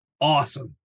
awesome